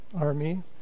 army